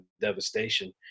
devastation